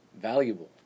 valuable